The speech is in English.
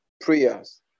prayers